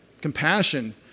Compassion